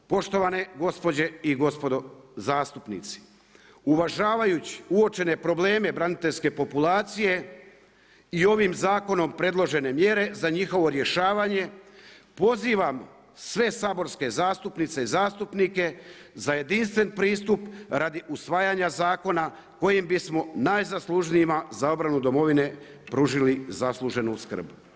Poštovane gospođe i gospodo zastupnici, uvažavajući uočene probleme braniteljske populacije i ovim zakonom predložene mjere za njihovo rješavanje, pozivam sve saborske zastupnice i zastupnike za jedinstven pristup radi usvajanja zakona kojim bismo najzaslužnijima za obranu domovine pružili zasluženu skrb.